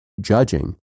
judging